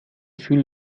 gefühl